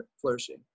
flourishing